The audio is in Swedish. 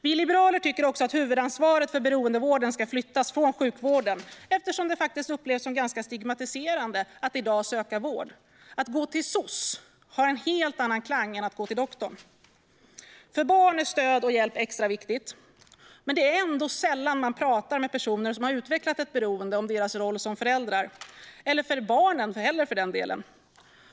Vi liberaler tycker också att huvudansvaret för beroendevården ska flyttas till sjukvården eftersom det faktiskt upplevs som ganska stigmatiserande att i dag söka vård. "Gå till soc" har en helt annan klang än "gå till doktorn". För barn är stöd och hjälp extra viktigt. Men det är ändå sällan man pratar med personer som har utvecklat ett beroende om deras roll som föräldrar eller med barnen heller för den delen.